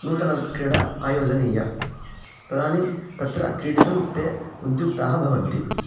नूतनतया क्रीडा आयोजनीया तदानीं तत्र क्रीडितुं ते उद्युक्ताः भवन्ति